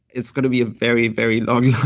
it's going to be a very, very long yeah